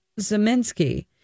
Zeminski